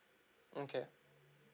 okay